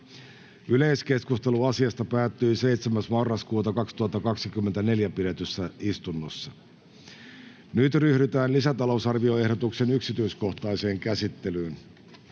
Yleiskeskustelu asiasta päättyi 7.11.2024 pidetyssä istunnossa. Nyt ryhdytään lisätalousarvioehdotuksen yksityiskohtaiseen käsittelyyn.